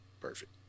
Perfect